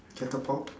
catapult